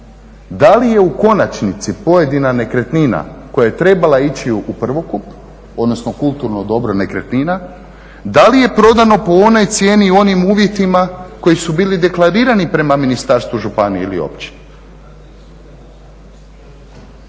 da li je u konačnici pojedina nekretnina koja je trebala ići u prvokup, odnosno kulturno dobro nekretnina, da li je prodano po onoj cijeni i onim uvjetima koji su bili deklarirani prema ministarstvu, županiji ili općini.